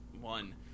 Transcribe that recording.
One